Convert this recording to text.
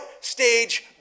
stage